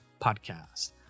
Podcast